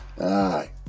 Aye